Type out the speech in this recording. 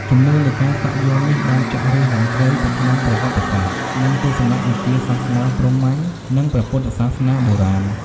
ជំនឿលើការសាក់យ័ន្តនេះបានចាក់ឫសយ៉ាងជ្រៅទៅក្នុងប្រវត្តិសាស្ត្រ និងទស្សនវិជ្ជាសាសនាព្រហ្មញ្ញ និងព្រះពុទ្ធសាសនាបុរាណ។